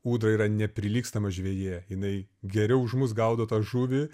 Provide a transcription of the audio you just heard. udra yra neprilygstama žvejė jinai geriau už mus gaudo tą žuvį